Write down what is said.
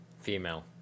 Female